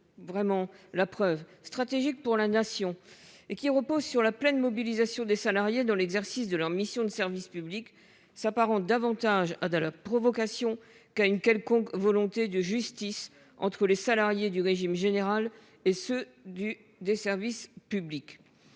vraiment la preuve -, qui reposent sur la pleine mobilisation des salariés dans l'exercice de leur mission de service public, s'apparente davantage à de la provocation qu'à une quelconque volonté de justice entre les salariés du régime général et ceux des services publics.